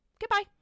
Goodbye